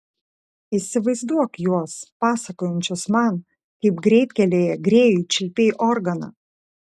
įsivaizduok juos pasakojančius man kaip greitkelyje grėjui čiulpei organą